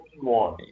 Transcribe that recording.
one